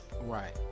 Right